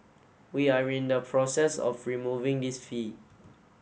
we are in the process of removing this fee